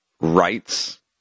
rights